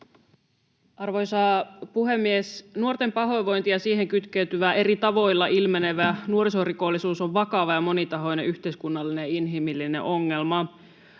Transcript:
Arvoisa puhemies! Nuorten pahoinvointi ja siihen kytkeytyvä, eri tavoilla ilmenevä nuorisorikollisuus ovat vakavia ja monitahoisia yhteiskunnallisia, inhimillisiä ongelmia.